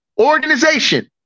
organization